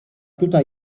tutaj